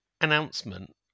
announcement